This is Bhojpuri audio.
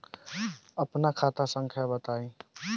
आपन खाता संख्या बताद